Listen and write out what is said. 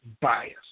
bias